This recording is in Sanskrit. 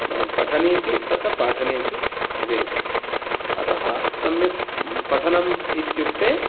पठनेपि तत पाठनेपि भवेत् अतः सम्यक् पठनम् इत्युक्ते